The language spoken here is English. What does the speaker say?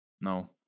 No